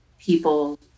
people